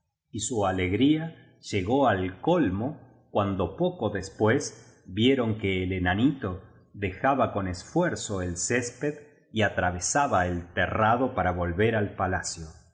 y su alegría llegó ai colmo cuando poco después vieron que el enanito dejaba con esfuerzo el césped y atrave saba el terrado para volver al palacio